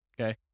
okay